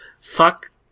Fuck